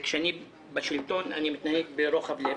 וכשאני בשלטון אני מתנהג ברוחב לב.